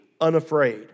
unafraid